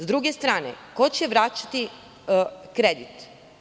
S druge strane, ko će vraćati kredit?